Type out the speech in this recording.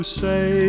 say